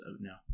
now